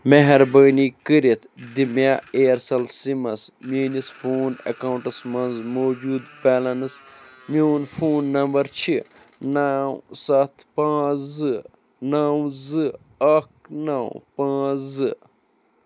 مہربٲنی کٔرِتھ دِ مےٚ اِیَرسٮ۪ل سِمَس میٛٲنِس فون اَکاونٛٹس منٛز موجوٗدٕ بیٚلنٕس میٛون فون نمبر چھِ نَو سَتھ پانٛژھ زٕ نَو زٕ اَکھ نَو پانٛژھ زٕ